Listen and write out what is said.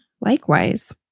Likewise